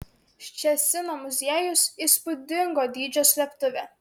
ščecino muziejus įspūdingo dydžio slėptuvė